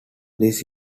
this